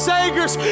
Sagers